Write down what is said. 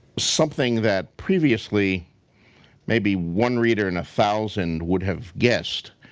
something that previously maybe one reader in a thousand would have guessed,